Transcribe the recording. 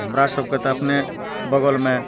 हमरा सबके तऽ अपने बगलमे